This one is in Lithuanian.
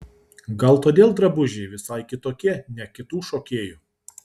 gal todėl drabužiai visai kitokie ne kitų šokėjų